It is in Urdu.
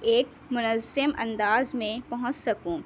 ایک منظم انداز میں پہنچ سکوں